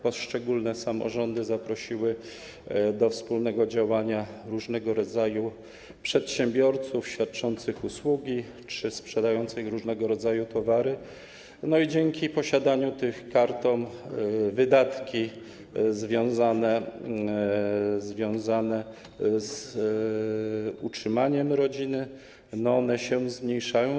Poszczególne samorządy zaprosiły do wspólnego działania różnego rodzaju przedsiębiorców świadczących usługi czy sprzedających różnego rodzaju towary i dzięki posiadaniu tych kart wydatki związane z utrzymaniem rodziny zmniejszają się.